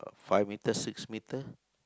five metre six metre